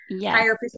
higher